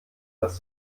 das